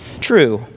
true